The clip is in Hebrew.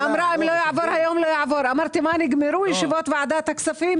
שההחלטה בעניינם התקבלה בהחלטות ממשלה סדורות או בהקראה בוועדת הכספים,